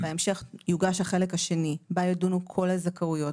בהמשך יוגש החלק השני בה ידונו כל הזכאויות,